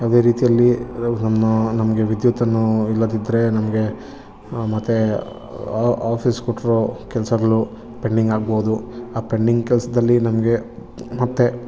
ಯಾವುದೇ ರೀತಿಯಲ್ಲಿ ನಮ್ಮ ನಮಗೆ ವಿದ್ಯುತ್ತನ್ನು ಇಲ್ಲದಿದ್ದರೆ ನಮಗೆ ಮತ್ತೆ ಆಫಿಸ್ ಕೊಟ್ಟಿರೋ ಕೆಲಸಗಳು ಪೆಂಡಿಂಗಾಗ್ಬೌದು ಆ ಪೆಂಡಿಂಗ್ ಕೆಲಸದಲ್ಲಿ ನಮಗೆ ಮತ್ತೆ